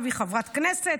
עכשיו היא חברת כנסת,